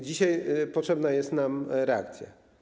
Dzisiaj potrzebna jest nam reakcja.